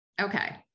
Okay